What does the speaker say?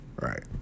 right